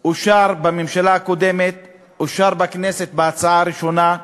אושר בממשלה הקודמת, אושר בכנסת בקריאה הראשונה,